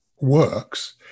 works